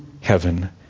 heaven